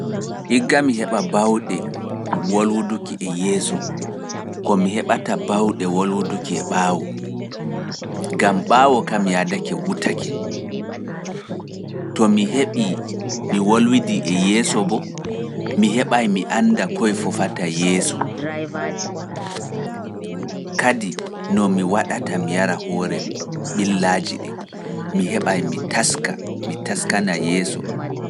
Igga mi heɓa baawɗe wolwuduki e yeeso, ko mi heɓata baawɗe wolwuduki e ɓaawo, gam ɓaawo kam yaadake wutake. To mi heɓii mi wolwidii e yeeso boo, mi heɓaay mi annda koye fofata yeeso, kadi no mi waɗata mi yara hoore ɓillaaji ɗin, mi heɓaay mi taska, mi taskana yeeso.